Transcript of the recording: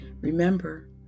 Remember